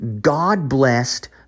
God-blessed